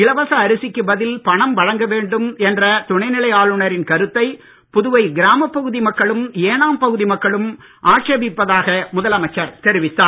இலவச அரிசிக்கு பதில் பணம் வழங்க வேண்டும் என்ற துணைநிலை ஆளுநரின் கருத்தை புதுவை கிராமப் பகுதி மக்களும் ஏனாம் பகுதி மக்களும் ஆட்சேபிப்பதாக முதலமைச்சர் தெரிவித்தார்